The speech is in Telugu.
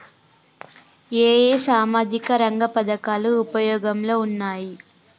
ఏ ఏ సామాజిక రంగ పథకాలు ఉపయోగంలో ఉన్నాయి?